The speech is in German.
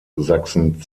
sachsen